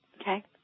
Okay